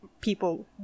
people